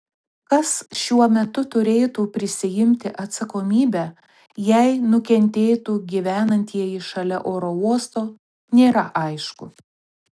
kas šiuo metu turėtų prisiimti atsakomybę jei nukentėtų gyvenantieji šalia oro uosto nėra aišku